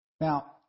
Now